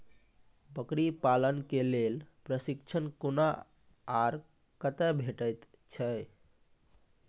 बकरी पालन के लेल प्रशिक्षण कूना आर कते भेटैत छै?